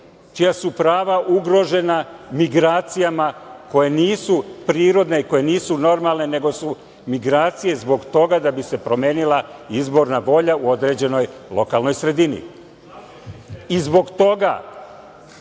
čija su prava ugrožena migracijama koje nisu prirodne, koje nisu normalne, nego su migracije zbog toga da bi se promenila izborna volja u određenoj lokalnoj sredini.I zbog toga